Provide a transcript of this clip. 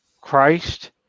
Christ